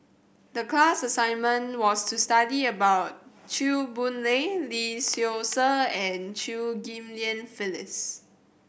the class assignment was to study about Chew Boon Lay Lee Seow Ser and Chew Ghim Lian Phyllis